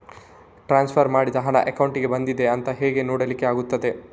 Transfer ಮಾಡಿದ ಹಣ ಅಕೌಂಟಿಗೆ ಬಂದಿದೆ ಅಂತ ಹೇಗೆ ನೋಡ್ಲಿಕ್ಕೆ ಆಗ್ತದೆ?